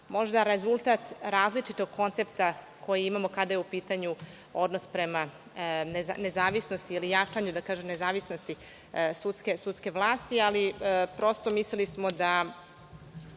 možda rezultat različitog koncepta koji imamo kada je u pitanju odnos prema nezavisnosti ili jačanju nezavisnosti sudske vlasti, ali prosto smo mislili da